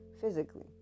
physically